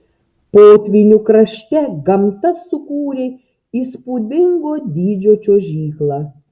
potvynių krašte gamta sukūrė įspūdingo dydžio čiuožyklą